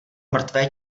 mrtvé